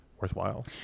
worthwhile